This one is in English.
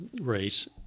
race